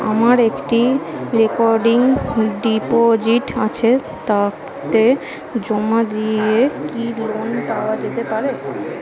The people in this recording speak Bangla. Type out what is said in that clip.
আমার একটি রেকরিং ডিপোজিট আছে তাকে জমা দিয়ে কি লোন পাওয়া যেতে পারে?